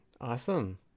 Awesome